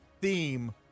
theme